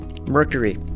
mercury